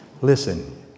listen